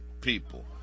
people